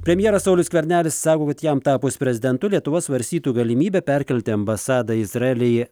premjeras saulius skvernelis sako kad jam tapus prezidentu lietuva svarstytų galimybę perkelti ambasadą izraelyje